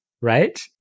right